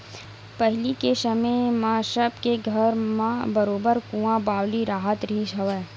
पहिली के समे म सब के घर म बरोबर कुँआ बावली राहत रिहिस हवय